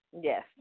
Yes